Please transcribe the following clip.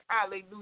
Hallelujah